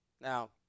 Now